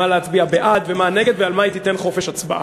מה להצביע בעד ומה נגד ועל מה היא תיתן חופש הצבעה.